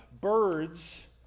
Birds